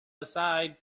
aside